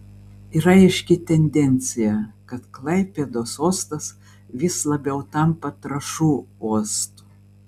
yra aiški tendencija kad klaipėdos uostas vis labiau tampa trąšų uostu